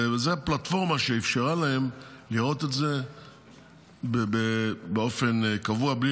וזאת הפלטפורמה שאפשרה להם לראות את זה באופן קבוע בלי